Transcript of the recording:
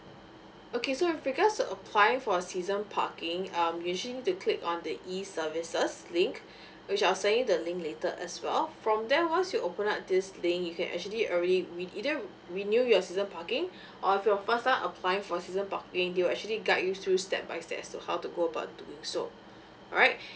okay so in regards to applying for a season parking um you just need to click on the E services link which I'll send you the link later as well from there once you open up this link you can actually already we either renew your season parking or if you're a person applying for season parking they will actually guide you through step by step so how to go about doing so alright